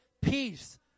peace